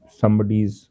somebody's